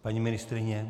Paní ministryně?